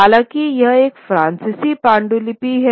हालाँकि यह एक फारसी पांडुलिपि है